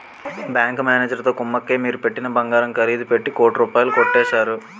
bank మేనేజరుతో కుమ్మక్కై మీరు పెట్టిన బంగారం ఖరీదు పెట్టి కోటి రూపాయలు కొట్టేశారు